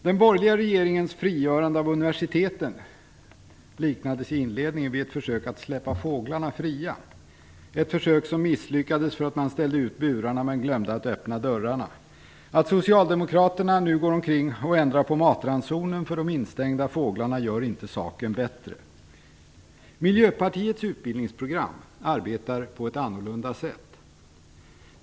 Den borgerliga regeringens frigörande av universiteten liknades i inledningen vid ett försök att släppa fåglarna fria - ett försök som misslyckades för att man ställde ut burarna men glömde att öppna dörrarna. Att socialdemokraterna nu går omkring och ändrar på matransonen för de instängda fåglarna gör inte saken bättre. Miljöpartiets utbildningsprogram arbetar på ett annat sätt.